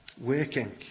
working